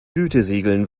gütesiegeln